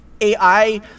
AI